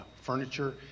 furniture